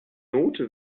note